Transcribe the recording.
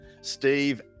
Steve